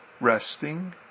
resting